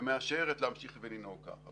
ומאשרת להמשיך ולנהוג ככה,